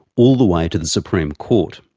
all the way to the supreme court.